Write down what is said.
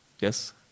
Yes